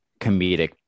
comedic